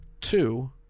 Two